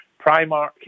Primark